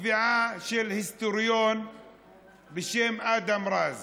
בתביעה של היסטוריון בשם אדם רז,